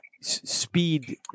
speed